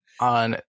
On